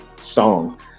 song